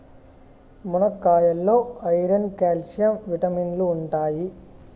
మునక్కాయాల్లో iron, calcium విటమిన్లు ఉంటాయి